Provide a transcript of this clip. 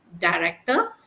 director